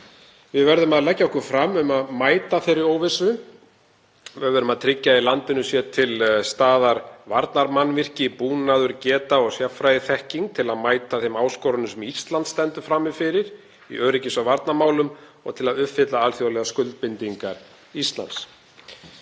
Við verðum að leggja okkur fram um að mæta þeirri óvissu. Við verðum að tryggja að í landinu séu til staðar varnarmannvirki, búnaður, geta og sérfræðiþekking til að mæta þeim áskorunum sem Ísland stendur frammi fyrir í öryggis- og varnarmálum og til að uppfylla alþjóðlegar skuldbindingar Íslands,